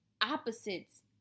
opposites